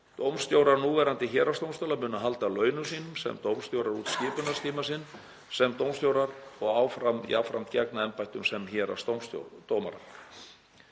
Dómstjórar núverandi héraðsdómstóla munu halda launum sínum sem dómstjórar út skipunartíma sinn sem dómstjórar og áfram jafnframt gegna embættum sem héraðsdómarar.